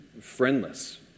friendless